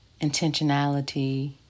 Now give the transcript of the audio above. intentionality